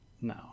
No